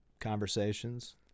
conversations